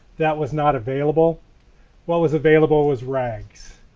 that was not available what was available was rags,